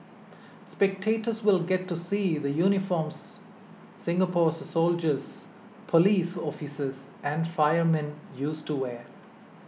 spectators will get to see the uniforms Singapore's soldiers police officers and firemen used to wear